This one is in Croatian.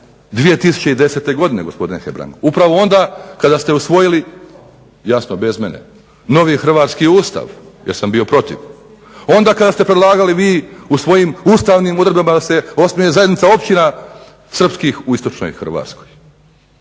2010. godine gospodine Hebrang upravo onda kada ste usvojili, jasno bez mene novi hrvatski Ustav jer sam bio protiv. Onda kada ste predlagali vi u svojim uredbama da se osnuje zajednica općina srpskih u istočnoj Hrvatskoj